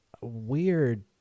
weird